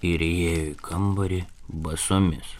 ir įėjo į kambarį basomis